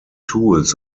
tools